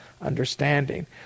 understanding